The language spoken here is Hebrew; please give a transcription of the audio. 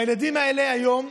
והילדים האלה היום,